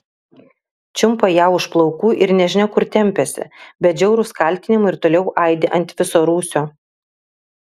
čiumpa ją už plaukų ir nežinia kur tempiasi bet žiaurūs kaltinimai ir toliau aidi ant viso rūsio